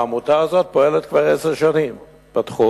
והעמותה הזאת פועלת כבר עשר שנים בתחום,